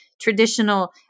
traditional